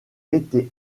été